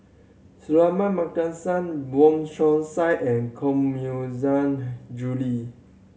Suratman Markasan Wong Chong Sai and Koh Mui Julie